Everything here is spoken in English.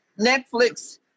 Netflix